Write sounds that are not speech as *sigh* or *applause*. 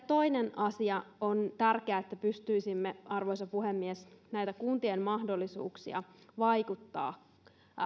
*unintelligible* toinen tärkeä asia on että pystyisimme parantamaan arvoisa puhemies näitä kuntien mahdollisuuksia vaikuttaa